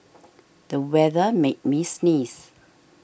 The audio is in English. the weather made me sneeze